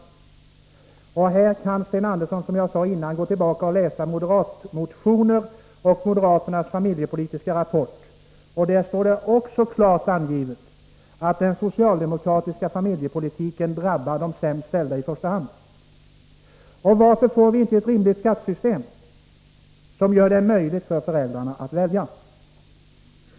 Som jag sade förut kan Sten Andersson gå tillbaka och läsa moderatmotionerna och moderaternas familjepolitiska rapport. Där står det också klart angivet att den socialdemokratiska familjepolitiken i första hand drabbar de sämst ställda. Varför får vi inte ett rimligt skattesystem, som gör det möjligt för föräldrarna att välja?